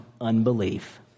unbelief